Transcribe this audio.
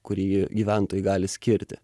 kurį gyventojai gali skirti